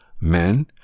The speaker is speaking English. Men